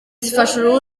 zifasha